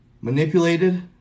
manipulated